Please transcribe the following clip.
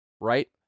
right